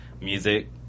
music